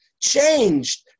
changed